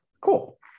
Cool